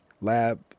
lab